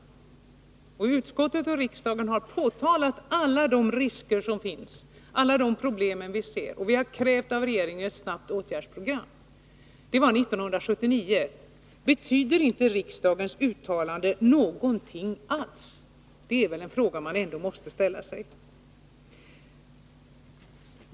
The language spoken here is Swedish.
Utskottet och riksdagen har påpekat alla de risker som finns och de problem som vi ser, och riksdagen har av regeringen krävt ett snabbt åtgärdsprogram. Det var 1979. Betyder inte riksdagens uttalanden någonting alls? Det är väl en fråga som man ändå måste ställa sig.